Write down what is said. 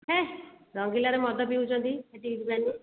ହେ ରଙ୍ଗିଲାରେ ମଦ ପିଉଛନ୍ତି ସେଠିକି ଯିବାନି